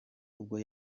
ubwo